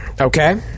Okay